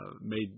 made